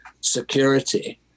security